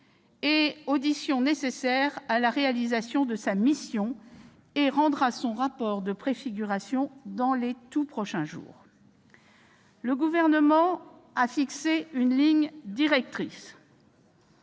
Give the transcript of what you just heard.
les auditions nécessaires à la réalisation de sa mission ; il remettra son rapport de préfiguration dans les tout prochains jours. Le Gouvernement a fixé une ligne directrice